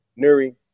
Nuri